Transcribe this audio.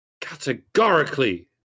categorically